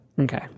okay